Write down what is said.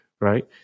right